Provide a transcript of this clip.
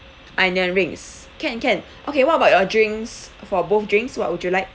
onion rings can can okay what about your drinks for both drinks what would you like